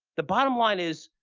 the bottom line is